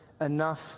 enough